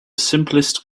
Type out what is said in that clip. simplest